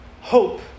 Hope